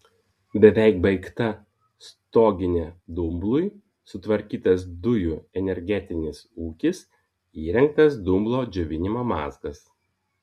beveik baigta stoginė dumblui sutvarkytas dujų energetinis ūkis įrengtas dumblo džiovinimo mazgas